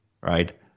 right